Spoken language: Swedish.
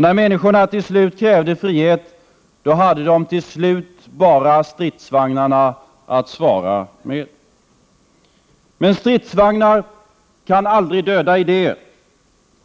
När människorna till slut krävde frihet hade de bara stridsvagnarna att svara med. Men stridsvagnar kan aldrig döda idéer.